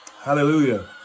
Hallelujah